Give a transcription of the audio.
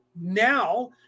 Now